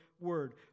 word